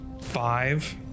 Five